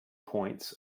points